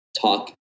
talk